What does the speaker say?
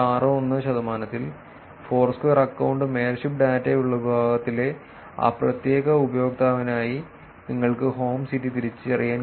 61 ശതമാനത്തിൽ ഫോഴ്സ്ക്വയർ അക്കൌണ്ടും മേയർഷിപ്പ് ഡാറ്റയും ഉള്ള വിഭാഗത്തിലെ ആ പ്രത്യേക ഉപയോക്താവിനായി നിങ്ങൾക്ക് ഹോം സിറ്റി തിരിച്ചറിയാൻ കഴിയും